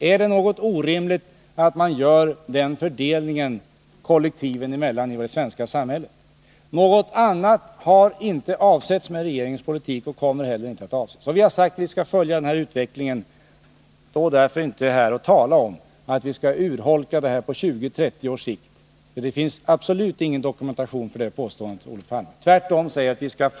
Är det orimligt att man gör den fördelningen kollektiven emellan i det svenska samhället? Något annat har inte avsetts med regeringens politik och kommer heller inte att avses. Stå därför inte här och tala om att vi skall urholka pensionerna på 20 och 30 års sikt! Det finns absolut ingen dokumentation för det påståendet, Olof Palme. Tvärtom säger vi att vi skal!